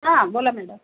हा बोला मॅडम